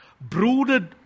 brooded